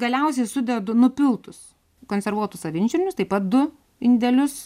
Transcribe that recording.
galiausiai sudedu nupiltus konservuotus avinžirnius taip pat du indelius